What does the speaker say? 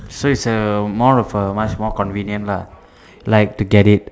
so is a more of a much more convenient lah like to get it